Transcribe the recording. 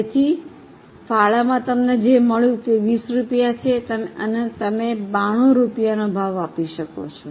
તેથી ફાળો જે તમે મળ્યું છે તે 20 રૂપિયા છે અને તમે 92 રૂપિયાનો ભાવ આપી શકો છો